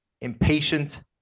impatient